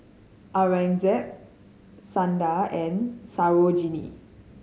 Aurangzeb Sundar and Sarojini